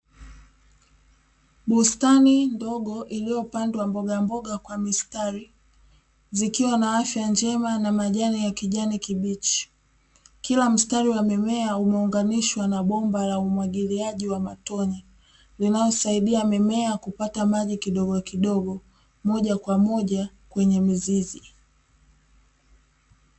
Bustani ndogo iliyopandwa mboga mboga kwa mistari zikiwa na afya njema na majani ya kijani kibichi, kila mstari wa mimea umeunganishwa na bomba la umwagiliaji wa matone, linalosaidia mimea kupata maji kidogo kidogo moja kwa moja kwenye mizizi.